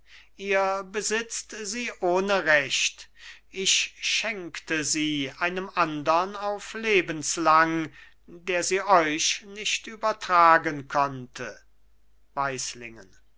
ihr besitzt sie ohne recht ich schenkte sie einem andern auf lebenslang der sie euch nicht übertragen konnte